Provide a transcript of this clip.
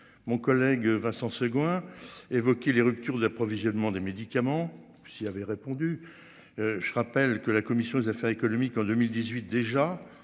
Mon collègue Vincent Segouin évoquer les ruptures d'approvisionnement des médicaments si il avait répondu. Je rappelle que la commission des affaires économiques. En 2018 déjà,